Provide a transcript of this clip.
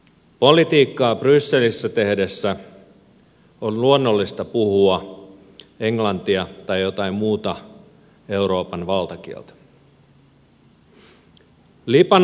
politiikkaa brysselissä tehdessä on luonnollista puhua englantia tai jotain muuta euroopan valtakieltä